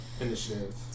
Initiative